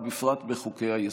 ובפרט בחוקי-היסוד.